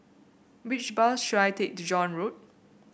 which bus should I take to John Road